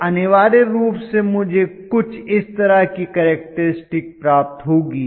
तो अनिवार्य रूप से मुझे कुछ इस तरह की करैक्टेरिस्टिक प्राप्त होगी